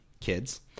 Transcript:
kids